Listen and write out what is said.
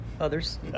others